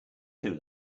too